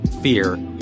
fear